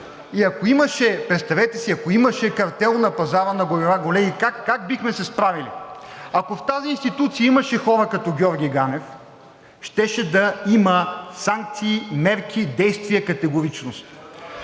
представете си, ако имаше картел на пазара на горива, колеги, как бихме се справили? Ако в тази институция имаше хора като Георги Ганев, щеше да има санкции, мерки, действия, категоричност.